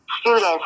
students